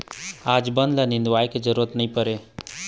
आज बन ल निंदवाए के जरूरत नइ परत हे